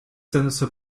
senator